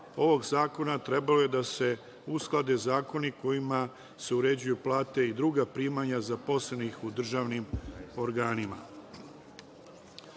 ovog zakona trebalo je da se usklade zakoni kojima se uređuju plate i druga primanja zaposlenih u državnim organima. Kako